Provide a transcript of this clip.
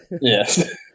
Yes